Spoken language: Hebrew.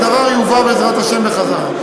והדבר יובא בעזרת השם בחזרה.